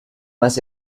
más